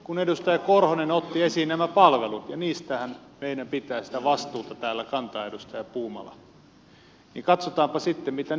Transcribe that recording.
kun edustaja korhonen otti esiin nämä palvelut ja niistähän meidän pitää sitä vastuuta täällä kantaa edustaja puumala niin katsotaanpa sitten mitä niille on tapahtunut